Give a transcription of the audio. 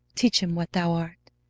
teach him what thou art.